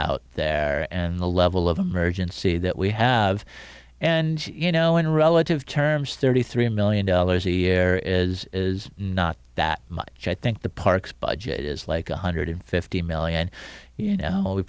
out there and the level of emergency that we have and you know in relative terms thirty three million dollars a year is is not that much i think the parks budget is like one hundred fifty million you know we